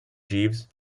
jeeves